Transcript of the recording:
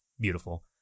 beautiful